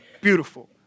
beautiful